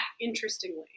Interestingly